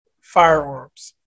firearms